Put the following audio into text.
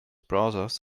browsers